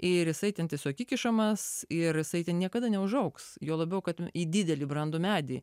ir jisai ten įkišamas ir jisai ten niekada neužaugs juo labiau kad į didelį brandų medį